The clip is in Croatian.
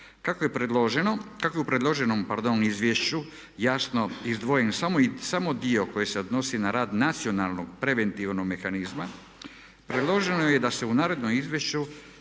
Kako je u predloženom izvješću jasno izdvojen samo dio koji se odnosi na rad nacionalnog preventivnog mehanizma predloženo je da se u narednom izvješću